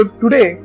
today